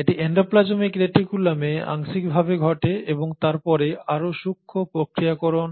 এটি এন্ডোপ্লাজমিক রেটিকুলামে আংশিকভাবে ঘটে এবং তারপরে আরও সূক্ষ্ম প্রক্রিয়াকরণ